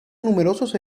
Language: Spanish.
numerosos